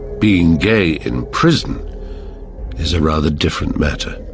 being gay in prison is a rather different matter.